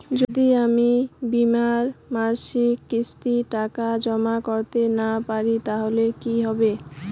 যদি আমি বীমার মাসিক কিস্তির টাকা জমা করতে না পারি তাহলে কি হবে?